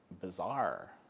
bizarre